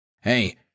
Hey